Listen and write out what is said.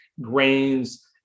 grains